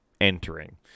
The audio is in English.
Entering